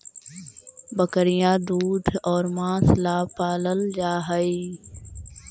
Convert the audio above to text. बकरियाँ दूध और माँस ला पलाल जा हई